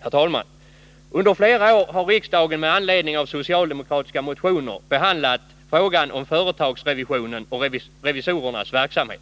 Herr talman! Under flera år har riksdagen med anledning av socialdemokratiska motioner behandlat frågan om företagsrevisionen och revisorernas verksamhet.